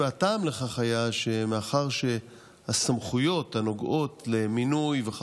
והטעם לכך היה שמאחר שהסמכויות הנוגעות למינוי של